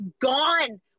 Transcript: gone